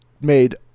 made